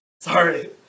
Sorry